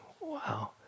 wow